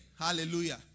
Hallelujah